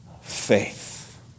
faith